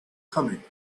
coming